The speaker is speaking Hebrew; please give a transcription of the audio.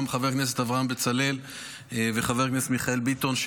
חבר הכנסת אברהם בצלאל וחבר הכנסת מיכאל ביטון,